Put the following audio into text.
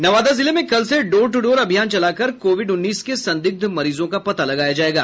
नवादा जिले में कल से डोर टू डोर अभियान चलाकर कोविड उन्नीस के संदिग्ध मरीजों का पता लगाया जायेगा